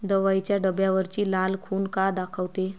दवाईच्या डब्यावरची लाल खून का दाखवते?